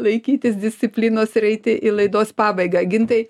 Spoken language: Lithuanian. laikytis disciplinos ir eiti į laidos pabaigą gintai